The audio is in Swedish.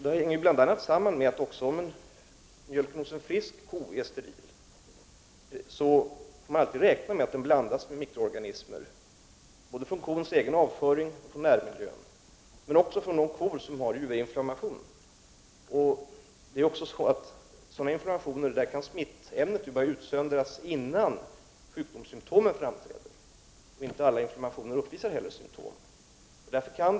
Detta hänger samman med att även om mjölken hos en frisk ko är steril får man alltid räkna med att den blandas med mikroorganismer både från kons egen avföring och från närmiljön, men också från de kor som har juverinflammation. Vid sådana inflammationer kan smittämnet börja utsöndras innan sjukdomssymptomen framträder, och symptom uppvisas inte heller vid alla inflammationer.